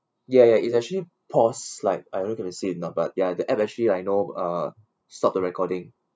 ya ya it's actually paused like I don't know you got to see or not but ya the app actually like you know uh stop the recording